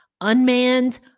unmanned